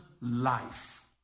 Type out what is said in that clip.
life